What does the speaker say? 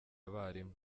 abarimu